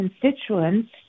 constituents